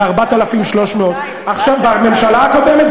ל-4,300 בממשלה הקודמת,